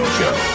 Show